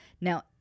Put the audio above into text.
Now